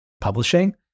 publishing